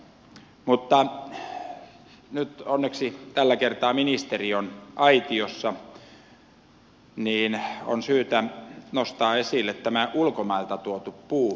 mutta kun nyt onneksi tällä kertaa ministeri on aitiossa niin on syytä nostaa esille ulkomailta tuotu puu ja sen tukeminen